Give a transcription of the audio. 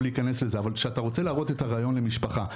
להיכנס לזה אבל כשאתה רוצה להראות את הריאיון למשפחה,